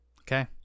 Okay